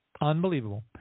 Unbelievable